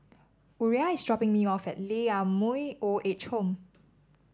Uriah is dropping me off at Lee Ah Mooi Old Age Home